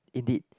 indeed